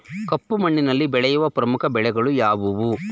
ಕಪ್ಪು ಮಣ್ಣಿನಲ್ಲಿ ಬೆಳೆಯುವ ಪ್ರಮುಖ ಬೆಳೆಗಳು ಯಾವುವು?